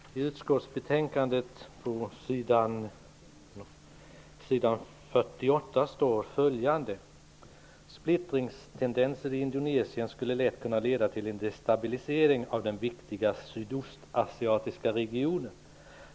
I utskottsbetänkandet på s. 48 står följande: ''Splittringstendenser i Indonesien skulle lätt kunna leda till en destabilisering av den viktiga sydostasiatiska regionen.